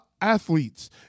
athletes